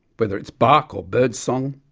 whether it's bach or birdsong,